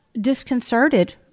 disconcerted